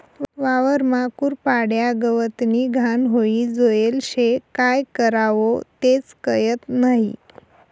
वावरमा कुरपाड्या, गवतनी घाण व्हयी जायेल शे, काय करवो तेच कयत नही?